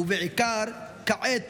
ובעיקר כעת,